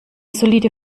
solide